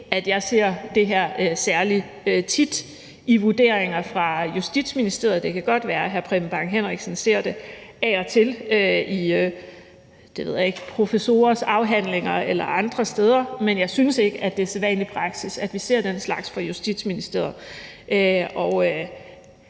at jeg ser det her særlig tit i vurderinger fra Justitsministeriet. Det kan godt være, at hr. Preben Bang Henriksen ser det af og til i professorers afhandlinger eller andre steder, men jeg synes ikke, at det er sædvanlig praksis, at vi ser den slags fra Justitsministeriets